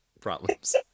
problems